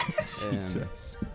Jesus